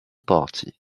party